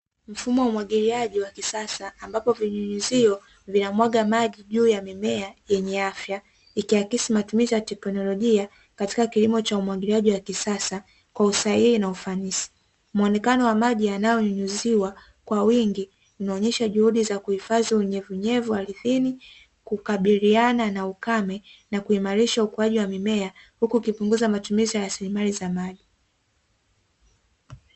Mfumo wa umwagiliaji wa kisasa ambapo vinyunyizio vinamwaga maji juu ya mimea yenye afya, ikiakisi matumizi ya teknolojia katika kilimo cha umwagiliaji wa kisasa kwa usahihi na ufanisi. Muonekano wa maji yanayonyunyiziwa kwa wingi inaonyesha juhudi za kuhifadhi unyevunyevu ardhini, kukabiliana na ukame na kuimarisha ukuaji wa mimea; huku ukipunguza matumizi ya rasilimali za maji.